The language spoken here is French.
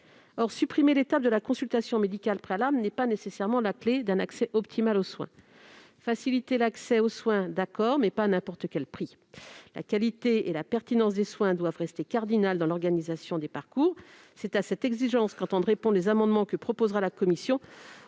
Or supprimer l'étape de la consultation médicale préalable n'est pas nécessairement la clé d'un accès optimal aux soins. Faciliter l'accès aux soins, d'accord, mais pas à n'importe quel prix ! La qualité et la pertinence des soins doivent rester cardinales dans l'organisation des parcours. C'est à cette exigence que tendent à répondre les amendements proposés par la commission